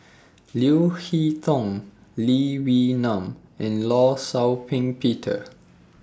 Leo Hee Tong Lee Wee Nam and law Shau Ping Peter